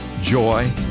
joy